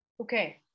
Okay